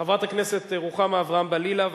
חברת הכנסת רוחמה אברהם-בלילא.